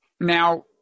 Now